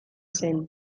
zen